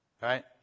right